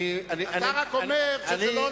אתה רק אומר שזה לא הולך,